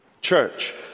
church